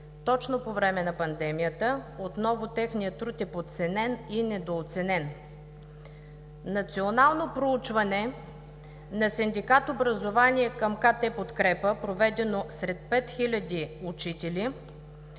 точно по време на пандемията, отново техният труд е подценен и недооценен. Национално проучване на Синдикат „Образование“ към КТ „Подкрепа“, проведено сред 5000 учители,